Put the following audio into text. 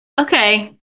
okay